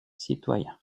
citoyen